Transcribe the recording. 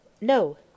No